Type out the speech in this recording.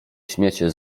śmiecie